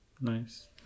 Nice